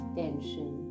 tension